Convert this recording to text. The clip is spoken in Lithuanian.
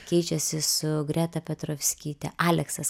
keičiasi su greta petrovskyte aleksas